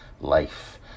Life